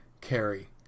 carry